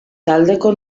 taldeko